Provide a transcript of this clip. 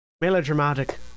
melodramatic